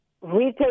retail